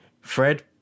Fred